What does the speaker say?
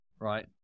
Right